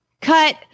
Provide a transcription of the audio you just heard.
cut